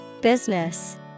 Business